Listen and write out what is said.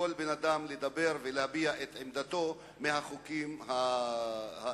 בן-אדם לדבר ולהביע את עמדתו על החוקים האלה.